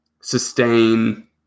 sustain